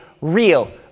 real